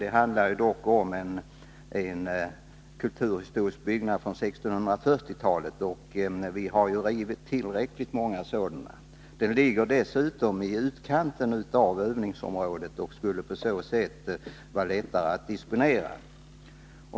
Det handlar dock om en kulturhistorisk byggnad från 1640-talet, och vi har rivit tillräckligt många sådana. Den ligger dessutom i utkanten av övningsområdet och skulle på så sätt vara lättare att disponera.